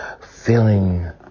Feeling